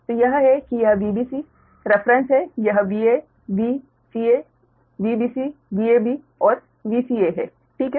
तो यह है कि यह Vbc रेफरेंस है यह Va V VcaVbcVab और Vca है ठीक है